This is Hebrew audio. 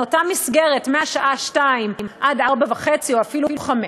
אותה מסגרת מהשעה 14:00 עד 16:30 או אפילו 17:00,